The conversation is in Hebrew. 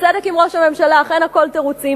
הצדק עם ראש הממשלה, אכן הכול תירוצים.